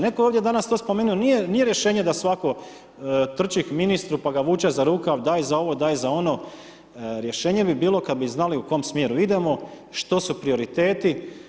Netko je ovdje danas to spomenuo nije rješenje da svako trči k ministru pa ga vuče za rukav, daj za ovo, daj za ono, rješenje bi bilo kad bi znali u kom smjeru idemo što su prioriteti.